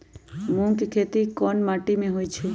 मूँग के खेती कौन मीटी मे होईछ?